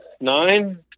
nine